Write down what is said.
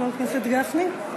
חבר הכנסת גפני,